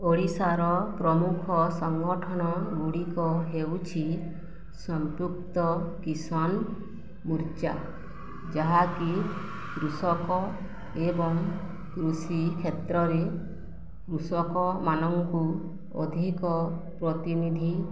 ଓଡ଼ିଶାର ପ୍ରମୁଖ ସଂଗଠନଗୁଡ଼ିକ ହେଉଛି ସମ୍ପୁକ୍ତ କିଶନ ମୁର୍ଚା ଯାହାକି କୃଷକ ଏବଂ କୃଷି କ୍ଷେତ୍ରରେ କୃଷକମାନଙ୍କୁ ଅଧିକ ପ୍ରତିନିଧି